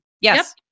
Yes